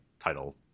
Title